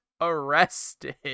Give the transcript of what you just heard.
arrested